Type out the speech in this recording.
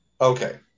okay